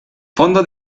fondo